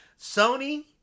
Sony